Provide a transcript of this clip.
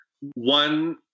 One